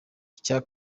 icya